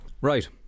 Right